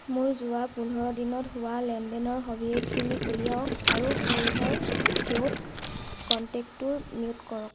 মোৰ যোৱা পোন্ধৰ দিনত হোৱা লেনদেনৰ সবিশেষখিনি উলিয়াওক আৰু হলধৰ কেওট কণ্টেক্টটো মিউট কৰক